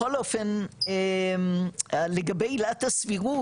בכל אופן לגבי עילת הסבירות,